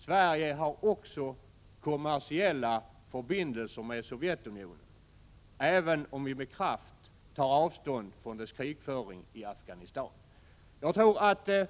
Sverige har kommersiella förbindelser med Sovjetunionen, även om vi med kraft tar avstånd från dess krigföring i Afghanistan.